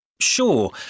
Sure